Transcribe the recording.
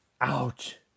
ouch